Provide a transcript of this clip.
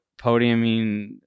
podiuming